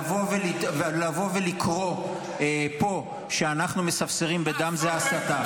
לבוא ולקרוא פה שאנחנו מספסרים בדם, זאת הסתה.